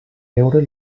veure